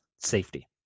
safety